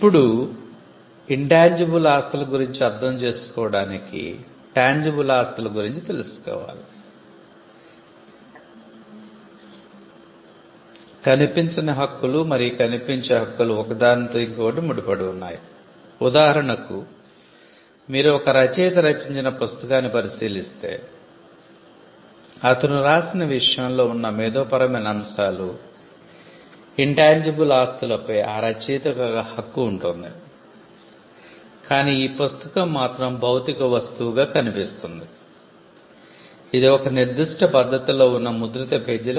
ఇప్పుడు ముట్టుకోలేనికనిపించని ఆస్తులు